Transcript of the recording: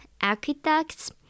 aqueducts